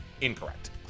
Incorrect